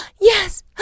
Yes